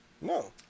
No